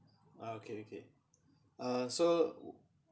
okay okay uh so